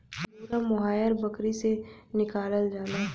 angora mohair बकरी से निकालल जाला